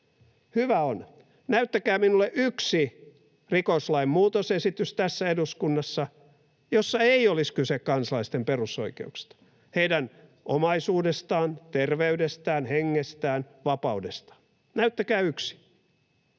Hyvä on. Näyttäkää minulle yksi rikoslain muutosesitys tässä eduskunnassa, jossa ei olisi kyse kansalaisten perusoikeuksista — heidän omaisuudestaan, terveydestään, hengestään, vapaudestaan. Näyttäkää yksi.